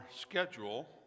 schedule